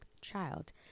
child